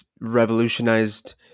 revolutionized